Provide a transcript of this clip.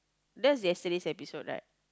that's yesterday episode right